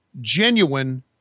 genuine